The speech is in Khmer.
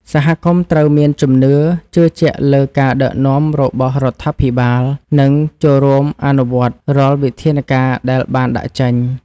សហគមន៍ត្រូវមានជំនឿជឿជាក់លើការដឹកនាំរបស់រដ្ឋាភិបាល និងចូលរួមអនុវត្តរាល់វិធានការដែលបានដាក់ចេញ។